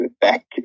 back